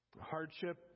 hardship